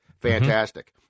fantastic